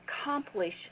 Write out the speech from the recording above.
accomplish